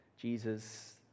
Jesus